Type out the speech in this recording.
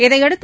இதையடுத்து